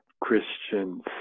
Christians